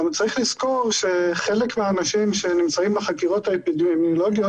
גם צריך לזכור שחלק מהאנשים שנמצאים בחקירות האפידמיולוגיות